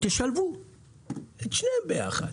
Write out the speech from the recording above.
תשלבו את שניהם ביחד.